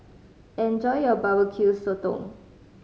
enjoy your Barbecue Sotong